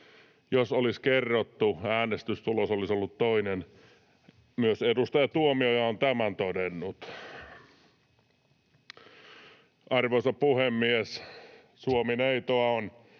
Jos olisi kerrottu, äänestystulos olisi ollut toinen — myös edustaja Tuomioja on tämän todennut. Arvoisa puhemies! Suomi-neitoa on